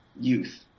youth